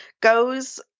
goes –